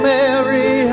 Mary